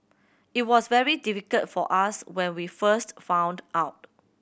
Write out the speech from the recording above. it was very difficult for us when we first found out